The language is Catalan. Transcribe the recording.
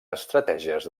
estratègies